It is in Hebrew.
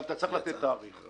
אבל אתה צריך להציג תאריך יעד,